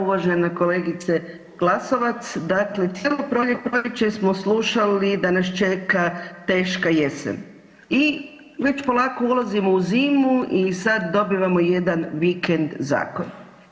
Uvažena kolegica Glasovac, dakle cijelo proljeće smo slušali da nas čeka teška jesen i već polako ulazimo u zimu i sad dobivamo jedan vikend zakon.